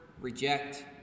reject